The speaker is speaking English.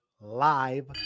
live